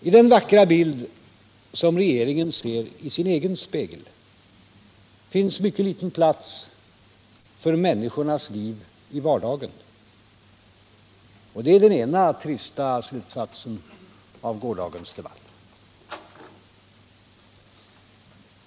I den vackra bild som regeringen ser i sin egen spegel finns mycket liten plats för människornas liv i vardagen. Och det är den ena trista slutsatsen av gårdagens debatt.